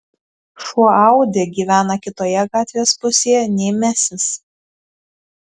šuo audi gyvena kitoje gatvės pusėje nei mesis